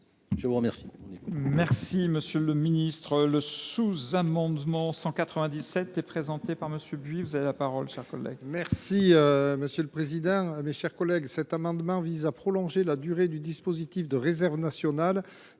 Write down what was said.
Je vous remercie